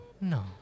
no